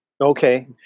Okay